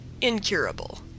incurable